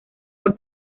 por